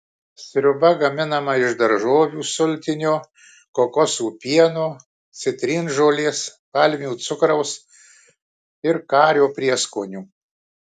sriuba gaminama iš daržovių sultinio kokosų pieno citrinžolės palmių cukraus ir kario prieskonių